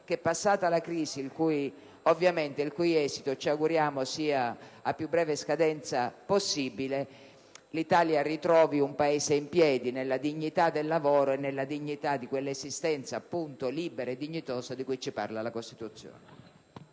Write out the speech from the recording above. che, passata la crisi, che ci auguriamo sia a più breve scadenza possibile, l'Italia ritrovi un paese in piedi nella dignità del lavoro e nella dignità di quell'esistenza libera e dignitosa di cui ci parla la Costituzione.